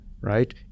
Right